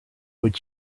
would